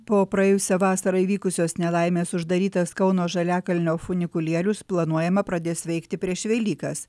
po praėjusią vasarą įvykusios nelaimės uždarytas kauno žaliakalnio funikulierius planuojama pradės veikti prieš velykas